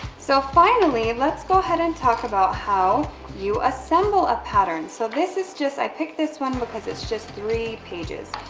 so, finally, let's go ahead and talk about how you assemble a pattern. so, this is just, i picked this one because it's just three pages.